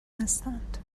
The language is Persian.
هستند